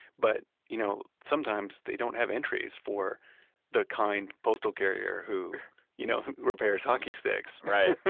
but you know sometimes they don't have entries for the kind postal carrier who you know repairs hockey sticks.